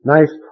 Nice